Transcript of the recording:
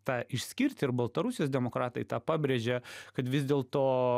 tą išskirti ir baltarusijos demokratai tą pabrėžia kad vis dėlto